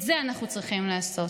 את זה אנחנו צריכים לעשות: